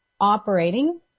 operating